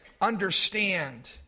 understand